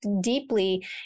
deeply